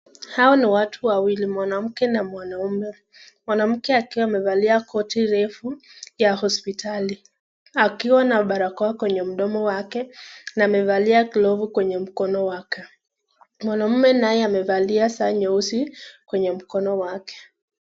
Hawa ni watu wawili, mwanamke na mwanamume. Mwanamke akiwa amevalia koti refu ya hospitali, akiwa na barakoa kwenye mdomo wake na amevalia glovu kwenye mkono wake. Mwanamume naye amevalia saa nyeusi kwenye mkono wake.